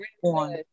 one